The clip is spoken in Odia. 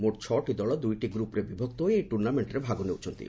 ମୋଟ ଛ'ଟି ଦଳ ଦୁଇଟି ଗୁପରେ ବିଭକ୍ତ ହୋଇ ଏହି ଟୁର୍ଣ୍ଣାମେଣ୍ଟରେ ଭାଗ ନେଉଛନ୍ତି